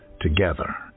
together